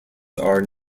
are